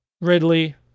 Ridley